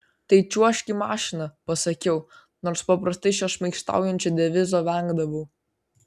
tai čiuožk į mašiną pasakiau nors paprastai šio šmaikštaujančio devizo vengdavau